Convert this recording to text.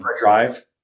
drive